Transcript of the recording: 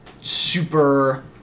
super